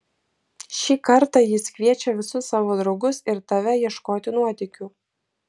šį kartą jis kviečia visus savo draugus ir tave ieškoti nuotykių